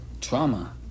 trauma